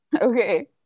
okay